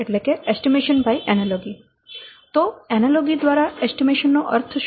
તો એનાલોગી દ્વારા એસ્ટીમેશન નો અર્થ શું છે